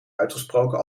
uitgesproken